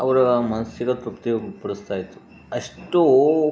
ಅವರ ಮನಸ್ಸಿಗೆ ತೃಪ್ತಿ ಉಂಟುಪಡಿಸ್ತಾಯಿತ್ತು ಅಷ್ಟು